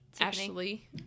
Ashley